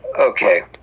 Okay